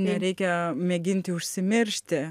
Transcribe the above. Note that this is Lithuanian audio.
nereikia mėginti užsimiršti